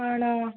ആണോ